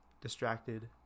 distracted